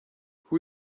who